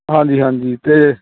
ਹਾਂਜੀ ਹਾਂਜੀ ਅਤੇ